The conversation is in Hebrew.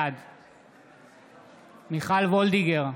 בעד מיכל וולדיגר,